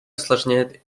осложняет